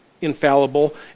infallible